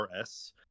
RS